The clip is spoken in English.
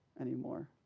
anymore